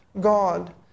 God